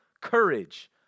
courage